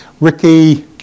Ricky